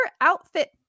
outfit